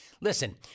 Listen